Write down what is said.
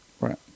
Right